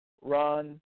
run